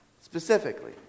specifically